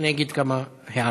אני אגיד כמה הערות: